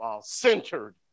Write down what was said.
centered